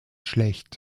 schlecht